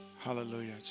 Hallelujah